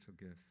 gifts